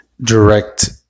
direct